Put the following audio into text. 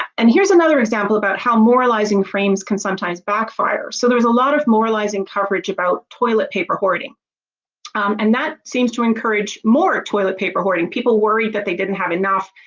and here's another example about how moralizing frames can sometimes backfire so there's a lot of moralizing coverage about toilet paper hoarding and that seems to encourage more toilet paper hoarding people worried that they didn't have enough,